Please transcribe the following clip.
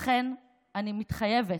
לכן אני מתחייבת,